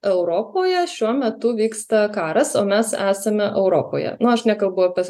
europoje šiuo metu vyksta karas o mes esame europoje nu aš nekalbu apie